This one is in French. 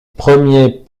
premiers